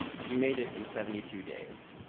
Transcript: she made it in seventy two days.